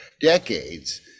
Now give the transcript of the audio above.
decades